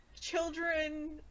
children